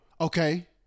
Okay